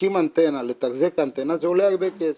להקים אנטנה, לתחזק אנטנה זה עולה הרבה כסף.